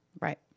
Right